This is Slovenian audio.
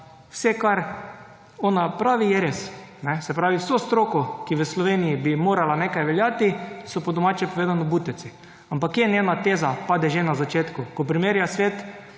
vse kar ona pravi je res. Se pravi, vso stroko, ki v Sloveniji bi morala nekaj veljati so, po domače povedano, butci. Ampak kje njena teza pade? Že na začetku, ko primerja svet